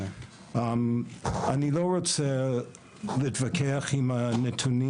איני רוצה להתווכח עם הנתונים.